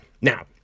now